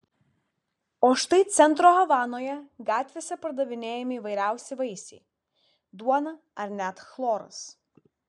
o štai centro havanoje gatvėse pardavinėjami įvairiausi vaisiai duona ar net chloras